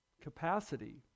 capacity